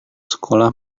sekolah